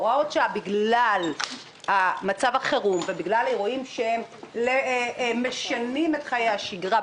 בגלל מצב החירום ובגלל אירועים שמשנים את חיי השגרה,